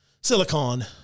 Silicon